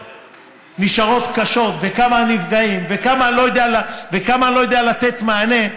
נשארות קשות וכמה נפגעים וכמה אני לא יודע לתת מענה,